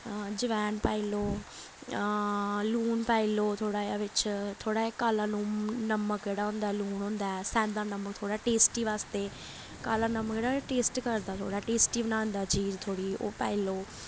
हां जवैन पाई लैओ हां लून पाई लैओ थोह्ड़ा जेहा बिच्च थोह्ड़ा जेहा काला लू म नमक जेह्ड़ा होंदा ऐ लून होंदा ऐ सेंधा नमक थोह्ड़ा टेस्टी बास्तै काला नमक जेह्ड़ा ऐ टेस्ट करदा थोह्ड़ा टेस्टी बनांदा चीज थोह्ड़ी ओह् पाई लैओ